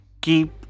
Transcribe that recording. keep